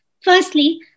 Firstly